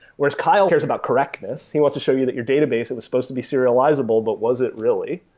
whereas kyle cares about correctness. he wants to show you that your database, it was supposed to be serializable, but was it really?